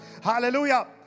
hallelujah